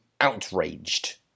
outraged